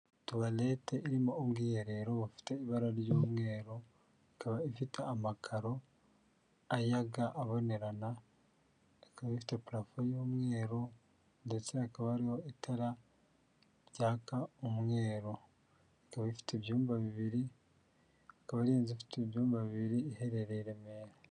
Tuwarete irimo ubwiherero bufite ibara ry'umweru, ikaba ifite amakaro ayaga abonerana, ikaba ifite purafo y'umweru ndetse hakaba hari itara ryaka umwero, ikaba ifite ibyumba bibiri, akaba ari inzu ifite ibyumba bibiri iherereye i Remera.